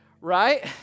right